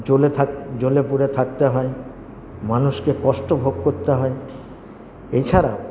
জ্বলে জ্বলে পুড়ে থাকতে হয় মানুষকে কষ্টভোগ করতে হয় এছাড়া